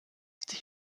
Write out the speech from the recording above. dich